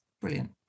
brilliant